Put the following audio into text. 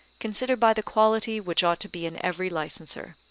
consider by the quality which ought to be in every licenser.